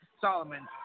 Solomon